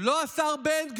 לא השר בן גביר,